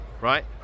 Right